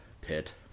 pit